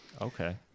Okay